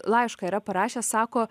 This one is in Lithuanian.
laišką yra parašęs sako